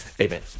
amen